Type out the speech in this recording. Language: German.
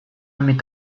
mit